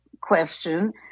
question